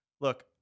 look